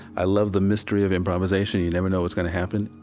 i love the mystery of improvisation you never know what's going to happen,